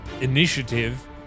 Initiative